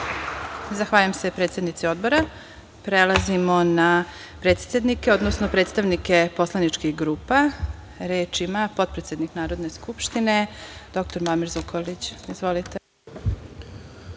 Zahvaljujem se predsednici Odbora. Prelazimo na predsednike, odnosno predstavnike poslaničkih grupa. Reč ima potpredsednik Narodne skupštine dr. Muamer Zukorilić. Izvolite.